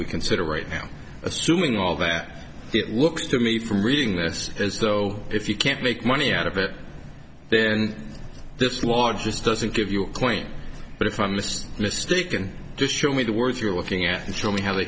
we consider right now assuming all that it looks to me from reading this as though if you can't make money out of it then this law just doesn't give your point but if i missed mistaken just show me the words you're looking at and show me how they